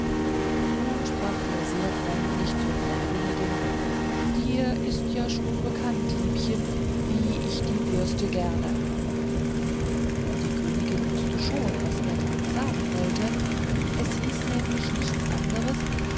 nun sprach er sehr freundlich zur frau königin dir ist ja schon bekannt liebchen wie ich die würste gern habe die königin wußte schon was er damit sagen wollte es hieß nämlich nichts anders